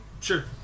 Sure